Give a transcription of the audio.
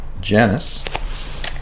Janice